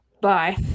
bye